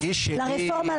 לרפורמה,